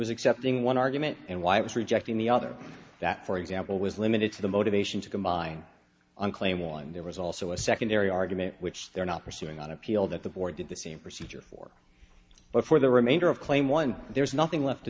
was accepting one argument and why it was rejecting the other that for example was limited to the motivation to combine on clay one there was also a secondary argument which they're not pursuing on appeal that the board did the same procedure for but for the remainder of claim one there's nothing left to